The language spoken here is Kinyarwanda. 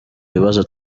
ibibazo